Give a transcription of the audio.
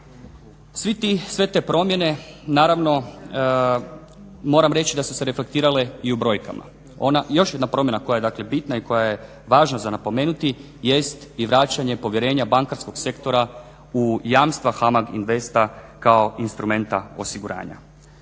Sve te promjene naravno moram reći da su se reflektirale i u brojkama. Još jedna promjena koja je dakle bitna i koja je važna za napomenuti jest i vraćanje povjerenja bankarskog sektora u jamstva HAMAG Investa kao instrumenta osiguranja.